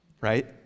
right